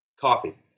coffee